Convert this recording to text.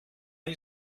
ich